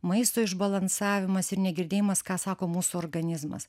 maisto išbalansavimas ir negirdėjimas ką sako mūsų organizmas